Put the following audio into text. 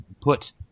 put